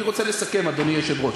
אני רוצה לסכם, אדוני היושב-ראש.